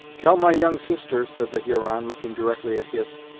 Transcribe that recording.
tell my young sister, said the huron, looking directly at hist,